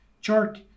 chart